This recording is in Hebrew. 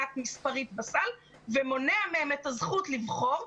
מספרית בסל ומונע מהם את הזכות לבחור.